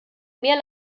mehr